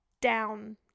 down